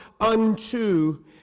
unto